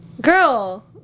girl